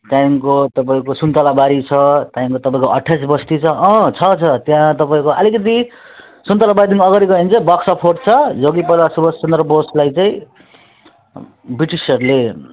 त्यहाँदेखिको तपाईँको सुन्तलाबारी छ त्यहाँदेखिको तपाईँको अठ्ठाइस बस्ती छ अँ छ छ त्यहाँ तपाईँको अलिकति सुन्तलाबारीमा अगाडि गयो भने चाहिँ बाक्सा फोर्ट छ जो कि पहिला सुभाष चन्द्र बोसलाई चाहिँ ब्रिटिसहरूले